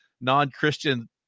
non-Christian